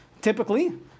typically